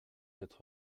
quatre